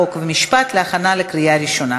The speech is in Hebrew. חוק ומשפט להכנה לקריאה הראשונה.